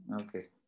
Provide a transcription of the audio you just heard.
Okay